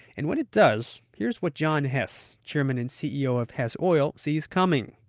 and when it does, here's what john hess, chairman and ceo of hess oil sees coming.